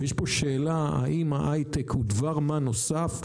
יש פה שאלה האם ההיי-טק הוא דבר מה נוסף,